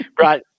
Right